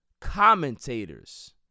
commentators